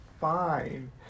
fine